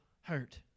hurt